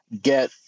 get